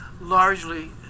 largely